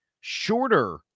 shorter